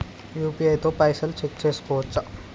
UPI తో పైసల్ check చేసుకోవచ్చా?